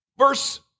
Verse